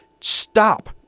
stop